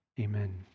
Amen